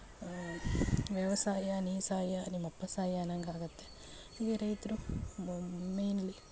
ವ್ಯವಸಾಯ ಬೇಸಾಯ ನಿಮ್ಮ ಅಪ್ಪ ಸಾಯ ಅನ್ನೋಂಗೆ ಆಗುತ್ತೆ ಈಗ ರೈತರು ಮೇನ್ಲಿ